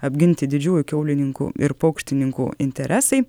apginti didžiųjų kiaulininkų ir paukštininkų interesai